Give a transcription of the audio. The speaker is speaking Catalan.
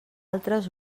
altres